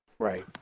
Right